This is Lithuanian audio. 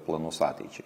planus ateičiai